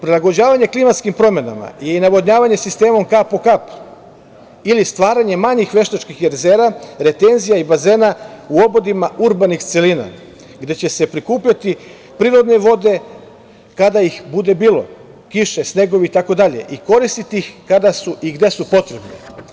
Prilagođavanje klimatskim promenama i navodnjavanje sistemom kap po kap ili stvaranjem manjih veštačkih jezera, retenzija i bazena u obodima urbanih celina, gde će se prikupljati prirodne vode kada ih bude bilo, kiše, snegovi itd. i koristiti ih kada su i gde su potrebni.